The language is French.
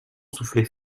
soufflait